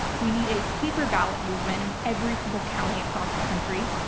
we need a paper ballot movement in every single county across the country.